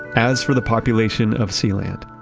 as for the population of sealand,